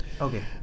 Okay